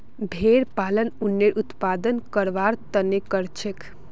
भेड़ पालन उनेर उत्पादन करवार तने करछेक